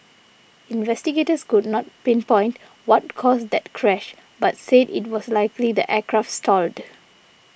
investigators could not pinpoint what caused that crash but said it was likely the aircraft stalled